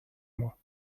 mois